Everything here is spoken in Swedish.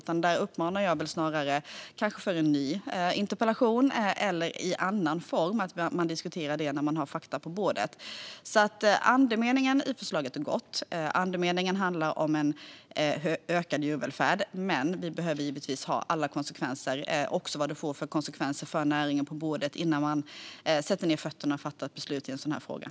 Jag tycker snarare att man kan diskutera detta i en ny interpellationsdebatt eller i en annan form när det finns fakta på bordet. Andemeningen i förslaget är god. Andemeningen handlar om en ökad djurvälfärd. Men vi behöver givetvis ha alla konsekvenser på bordet - det handlar också om vad det får för konsekvenser för näringen - innan vi sätter ned fötterna och fattar ett beslut i frågan.